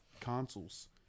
consoles